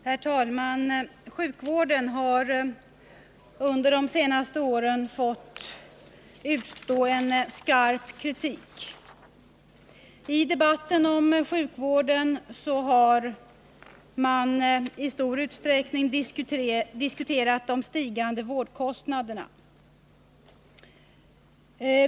Herr talman! Sjukvården har under de senaste åren fått utstå skarp kritik. I debatten om sjukvården har man i stor utsträckning diskuterat de stigande vårdkostnaderna.